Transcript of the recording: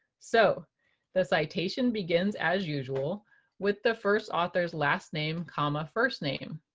so the citation begins as usual with the first author's last name, comma, first name.